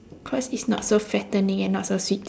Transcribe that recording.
cause it's not so fattening and not so sweet